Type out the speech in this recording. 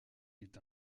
est